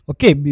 Okay